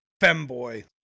femboy